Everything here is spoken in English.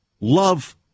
love